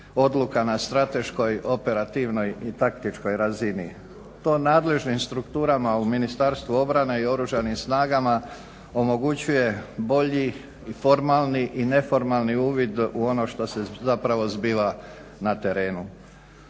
odluka na strateškoj operativnoj i taktičkoj razini. To nadležnim strukturama u Ministarstvu obrane i Oružanim snagama omogućuje bolji i formalni i neformalni uvid u ono što se zapravo zbiva na terenu.